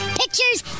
pictures